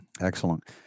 Excellent